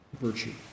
virtue